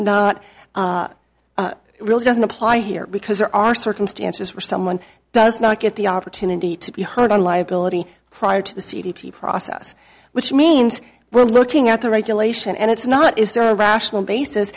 not really doesn't apply here because there are circumstances where someone does not get the opportunity to be heard on liability prior to the c d p process which means we're looking at the regulation and it's not is there a rational basis